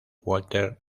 walter